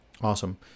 awesome